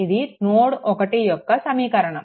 ఇది నోడ్1 యొక్క సమీకరణం